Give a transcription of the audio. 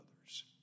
others